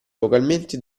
localmente